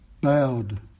bowed